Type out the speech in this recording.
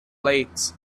lakes